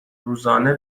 روزانه